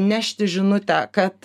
nešti žinutę kad